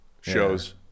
shows